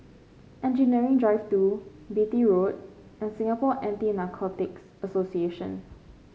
Engineering Drive Two Beatty Road and Singapore Anti Narcotics Association